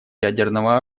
ядерного